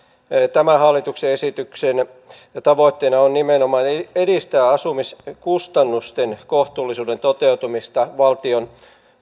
tämän hallituksen esityksen tavoitteena on nimenomaan edistää asumiskustannusten kohtuullisuuden toteutumista valtion